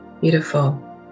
Beautiful